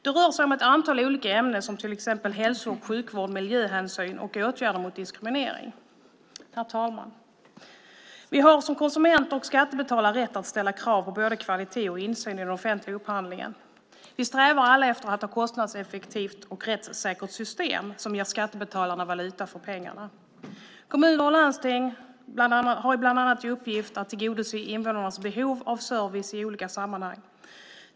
Det rör sig om ett antal olika ämnen, till exempel hälso och sjukvård, miljöhänsyn och åtgärder mot diskriminering. Herr talman! Vi har som konsumenter och skattebetalare rätt att ställa krav på både kvalitet och insyn i den offentliga upphandlingen. Vi strävar alla efter ett kostnadseffektivt och rättssäkert system, som ger skattebetalarna valuta för pengarna. Kommuner och landsting har bland annat till uppgift att tillgodose invånarnas behov av service i olika sammanhang.